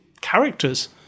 characters